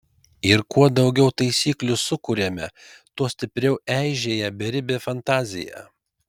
ir kuo daugiau taisyklių sukuriame tuo stipriau eižėja beribė fantazija